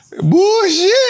Bullshit